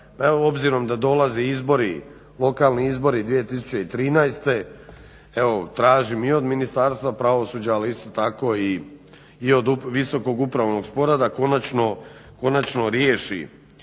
obzirom da dolaze izbori, lokalni izbori 2013. evo tražim i od Ministarstva pravosuđa, ali isto tako i od Visokog upravnog suda da konačno riješi